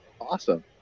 Awesome